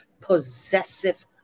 possessive